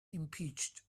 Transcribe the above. impeached